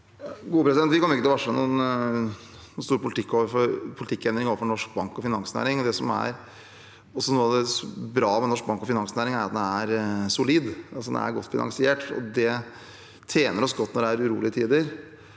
Vi kommer ikke til å varsle noen stor politikkendring overfor norsk bank- og finansnæring. Noe av det som er bra med norsk bank- og finansnæring, er at den er solid, den er godt finansiert. Det tjener oss godt når det er urolige tider.